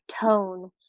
tone